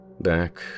Back